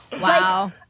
Wow